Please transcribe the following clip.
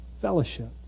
fellowship